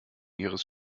ihres